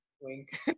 Wink